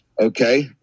okay